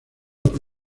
por